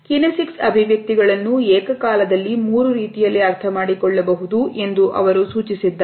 kinesics ಅಭಿವ್ಯಕ್ತಿಗಳನ್ನು ಏಕಕಾಲದಲ್ಲಿ ಮೂರು ರೀತಿಯಲ್ಲಿ ಅರ್ಥಮಾಡಿಕೊಳ್ಳಬಹುದು ಎಂದು ಅವರು ಸೂಚಿಸಿದ್ದಾರೆ